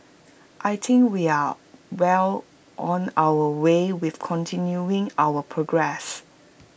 I think we are well on our way with continuing our progress